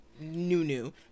new-new